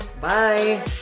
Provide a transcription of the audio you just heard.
Bye